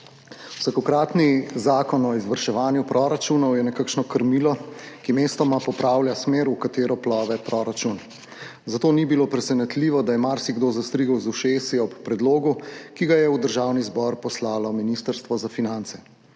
Vsakokratni zakon o izvrševanju proračunov je nekakšno krmilo, ki mestoma popravlja smer, v katero plove proračun. Zato ni bilo presenetljivo, da je marsikdo zastrigel z ušesi ob predlogu, ki ga je v Državni zbor poslalo Ministrstvo za finance.